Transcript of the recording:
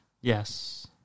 Yes